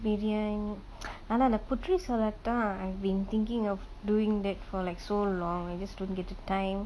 தெரியாய்:theriyai know ஆனா அந்த:aana antha puteri salat தான்:than I've been thinking of doing that for like so long and I just don't get the time